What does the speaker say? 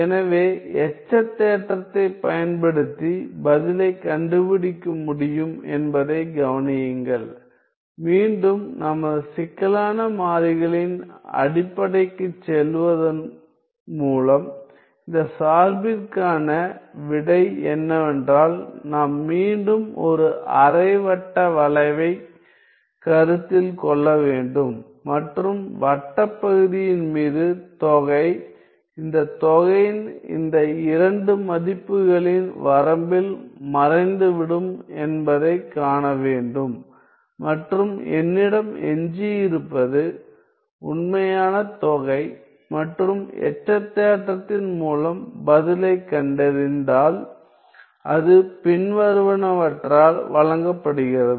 எனவே எச்ச தேற்றத்தைப் பயன்படுத்தி பதிலைக் கண்டுபிடிக்க முடியும் என்பதைக் கவனியுங்கள் மீண்டும் நமது சிக்கலான மாறிகளின் அடிப்படைக்குச் செல்வதன் மூலம் இந்த சார்பிற்கான விடை என்னவென்றால் நாம் மீண்டும் ஒரு அரை வட்ட வளைவைக் கருத்தில் கொள்ள வேண்டும் மற்றும் வட்டப் பகுதியின் மீது தொகை இந்த தொகையின் இந்த இரண்டு மதிப்புகளின் வரம்பில் மறைந்துவிடும் என்பதைக் காண வேண்டும் மற்றும் என்னிடம் எஞ்சியிருப்பது உண்மையான தொகை மற்றும் எச்ச தேற்றத்தின் மூலம் பதிலைக் கண்டறிந்தால் அது பின்வருவனவற்றால் வழங்கப்படுகிறது